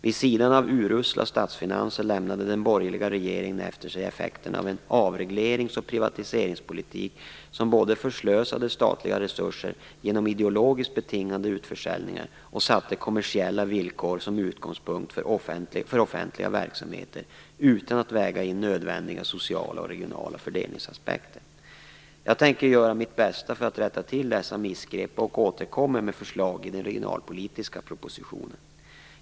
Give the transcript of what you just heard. Vid sidan av urusla statsfinanser, lämnade den borgerliga regeringen efter sig effekterna av en avreglerings och privatiseringspolitik som både förslösade statliga resurser genom ideologiskt betingade utförsäljningar och satte kommersiella villkor som utgångspunkt för offentliga verksamheter utan att väga in nödvändiga sociala och regionala fördelningsaspekter. Jag tänker göra mitt bästa för att rätta till dessa missgrepp och återkommer med förslag i den regionalpolitiska propositionen.